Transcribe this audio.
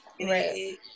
Right